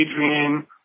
adrian